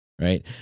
Right